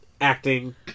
acting